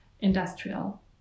industrial